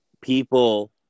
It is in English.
people